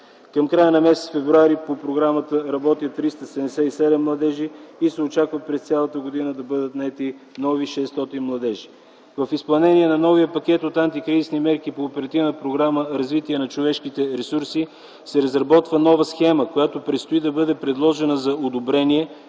Към края на м. февруари по програмата работят 377 младежи и се очаква през цялата година да бъдат наети нови 600 младежи. В изпълнение на новия пакет от антикризисни мерки по Оперативна програма „Развитие на човешките ресурси” се разработва нова схема, която предстои да бъде предложена за одобрение